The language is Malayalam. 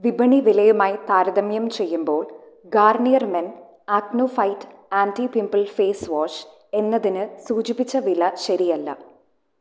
വിപണി വിലയുമായി താരതമ്യം ചെയ്യുമ്പോൾ Garnier men acno fight anti pimple face wash എന്നതിന് സൂചിപ്പിച്ച വില ശരിയല്ല